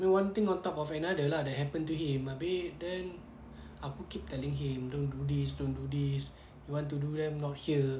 one thing on top of another lah that happen to him abeh then aku keep telling him don't do this don't do this you want to do them not here